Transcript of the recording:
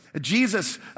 Jesus